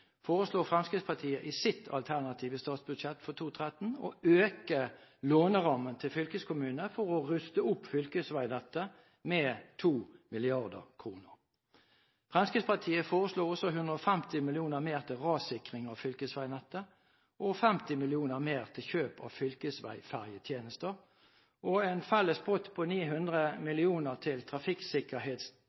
foreslår Fremskrittspartiet i sitt alternative statsbudsjett for 2013 å øke lånerammen til fylkeskommunene for å ruste opp fylkesveinettet med 2 mrd. kr. Fremskrittspartiet foreslår også 150 mill. kr mer til rassikring av fylkesveinettet og 50 mill. kr mer til kjøp av fylkesveiferjetjenester. En felles pott på 900 mill. kr til